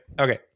Okay